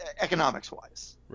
economics-wise